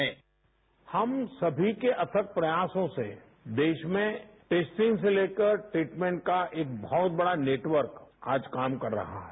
bite हम सभी के अथक प्रयासों से देश में टेस्टिंग से लेकर ट्रीटमेंट का एक बहत बडा नेटवर्क आज काम कर रहा है